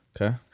Okay